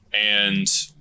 and-